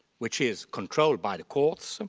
which is controlled by the courts,